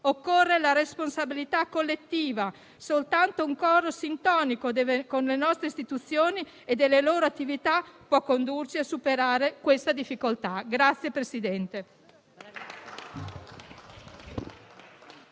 Occorre la responsabilità collettiva; soltanto un coro sintonico con le nostre istituzioni e le loro attività può condurci a superare questa difficoltà.